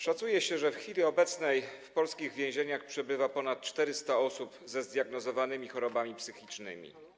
Szacuje się, że w chwili obecnej w polskich więzieniach przebywa ponad 400 osób ze zdiagnozowanymi chorobami psychicznymi.